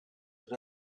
that